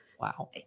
Wow